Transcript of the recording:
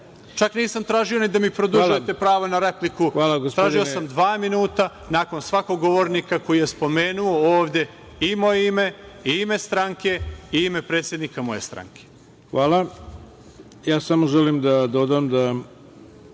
Čak nisam tražio ni da mi produžujete pravo na repliku, tražio sam dva minuta nakon svakog govornika koji je spomenuo ovde moje ime, ime stranke i ime predsednika moje stranke. **Ivica Dačić** Hvala. Samo želim da dodam da